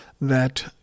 that-